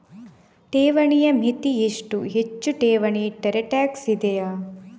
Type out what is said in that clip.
ಠೇವಣಿಯ ಮಿತಿ ಎಷ್ಟು, ಹೆಚ್ಚು ಠೇವಣಿ ಇಟ್ಟರೆ ಟ್ಯಾಕ್ಸ್ ಇದೆಯಾ?